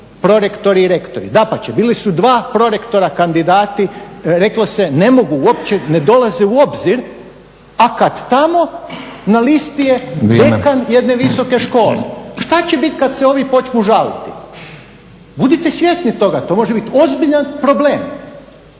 prorektori, rektori. Dapače, bila su dva prorektora kandidati, reklo se ne mogu, uopće ne dolaze u obzir, a kad tamo na listi je dekan jedne visoke škole. Šta će bit kad se ovi počnu žaliti? Budite svjesni toga, to može bit ozbiljan problem,